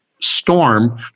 storm